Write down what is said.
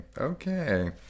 okay